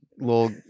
little